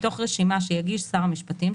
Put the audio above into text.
מתוך רשימה שיגיש שר המשפטים,